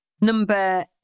Number